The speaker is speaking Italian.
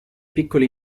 piccoli